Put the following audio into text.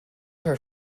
her